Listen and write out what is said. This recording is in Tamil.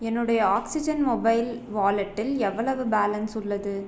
என்னுடைய ஆக்ஸிஜன் மொபைல் வாலெட்டில் எவ்வளவு பேலன்ஸ் உள்ளது